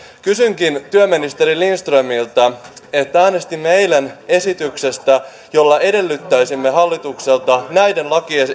kysynkin työministeri lindströmiltä sitä kun äänestimme eilen esityksestä jolla edellyttäisimme hallitukselta näiden